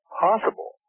possible